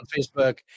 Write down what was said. Facebook